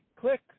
Click